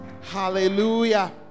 Hallelujah